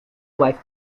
wife